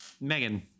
Megan